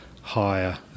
higher